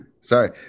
Sorry